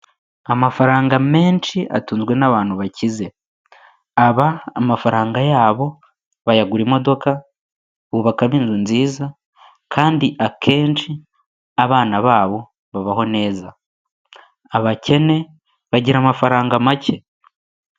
Amafaranga menshi atunzwe n'abantu bakize, aba amafaranga yabo bayagura imodoka, bubakamo inzu nziza, kandi akenshi abana babo babaho neza, abakene bagira amafaranga make.